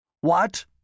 What